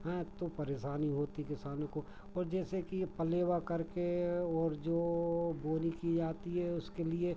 हैं तो परेशानी होती किसानों को और जैसे कि ये पलेवा करके और जो बोनी की जाती है उसके लिए